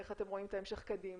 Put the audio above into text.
איך אתם רואים את ההמשך קדימה.